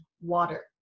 water